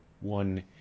one